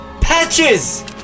Patches